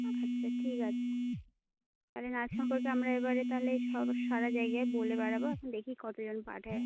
আচ্ছা আচ্ছা ঠিক আছে তালে নাচ সম্পর্কে আমরা এবারে তালে সব সারা জায়গায় বলে বেড়াব এখন দেখি কতজন পাঠায়